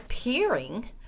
appearing